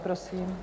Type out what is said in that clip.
Prosím.